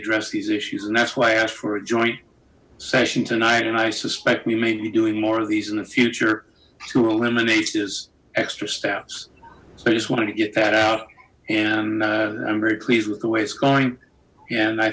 address these issues and that's why i asked for a joint session tonight and i suspect we may be doing more of these in the future to eliminate his extra steps so i just wanted to get that out and i'm very pleased with the way it's going and i